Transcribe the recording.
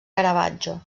caravaggio